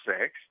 six